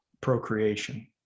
procreation